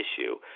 issue